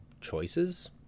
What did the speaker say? choices